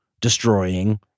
destroying